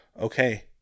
okay